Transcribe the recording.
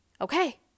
okay